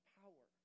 power